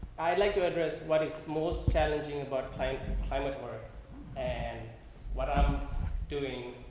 i'd like to address what is most challenging about pipe pilot work and what i'm doing,